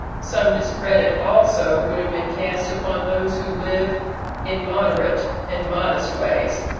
some discredit also would have been cast upon those who live in moderate and modest ways.